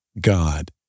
God